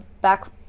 back